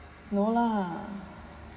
no lah